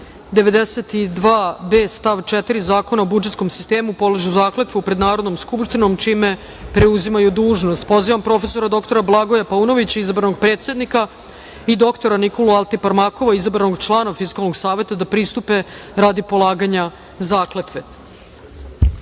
92b. stav 4. Zakona o budžetskom sistemu, polažu zakletvu pred Narodnom skupštinom, čime preuzimaju dužnost. Pozivam prof. dr Blagoja Paunovića, izabranog predsednika i dr Nikolu Altiparmakova, izabranog člana Fiskalnog saveta, da pristupe radi polaganja